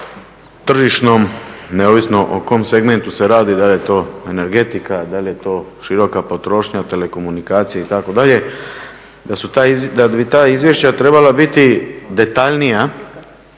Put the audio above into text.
stanju tržišnom neovisno o kom segmentu se radi, da li je to energetika, da li je to široka potrošnja telekomunikacije itd., da bi ta izvješća trebala biti detaljnija